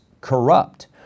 corrupt